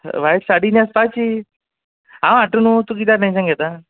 white sari न्हेसपाची हांव हाडटा न्हू तूं कित्याक टॅन्शन घेता